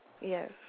Yes